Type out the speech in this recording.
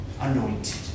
anointed